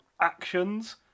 actions